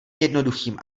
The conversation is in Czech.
jednoduchým